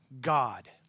God